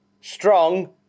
Strong